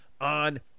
on